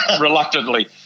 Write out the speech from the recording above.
reluctantly